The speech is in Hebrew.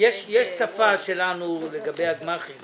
שפה שלנו לגבי הגמ"חים